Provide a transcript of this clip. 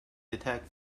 detect